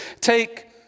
take